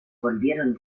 volvieron